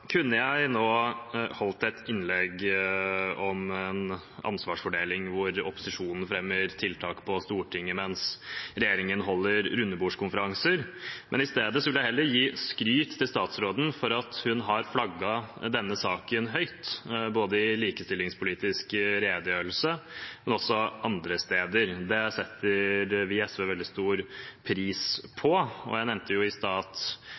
kunne jeg nå ha holdt et innlegg om en ansvarsfordeling hvor opposisjonen fremmer tiltak på Stortinget, mens regjeringen holder rundebordskonferanser. Men i stedet vil jeg heller gi skryt til statsråden for at hun har flagget denne saken høyt, både i likestillingspolitisk redegjørelse og andre steder. Det setter vi i SV veldig stor pris på. Jeg nevnte i